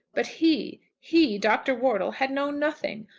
but he he dr. wortle had known nothing.